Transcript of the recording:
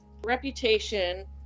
Reputation